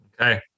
Okay